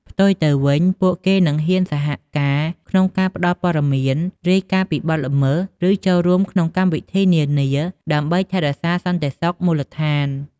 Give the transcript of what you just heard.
ផ្ទុយទៅវិញ ពួកគេនឹង ហ៊ានសហការ ក្នុងការផ្តល់ព័ត៌មាន រាយការណ៍ពីបទល្មើស ឬចូលរួមក្នុងកម្មវិធីនានា ដើម្បីថែរក្សាសន្តិសុខមូលដ្ឋាន។